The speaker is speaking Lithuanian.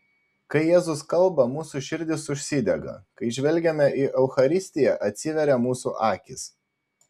kai jėzus kalba mūsų širdys užsidega kai žvelgiame į eucharistiją atsiveria mūsų akys